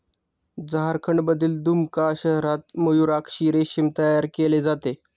झारखंडमधील दुमका शहरात मयूराक्षी रेशीम तयार केले जाते